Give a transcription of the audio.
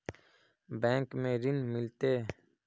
Bank में ऋण मिलते?